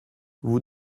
vous